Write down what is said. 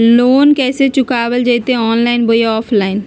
Loan कैसे चुकाबल जयते ऑनलाइन बोया ऑफलाइन?